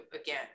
again